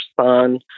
son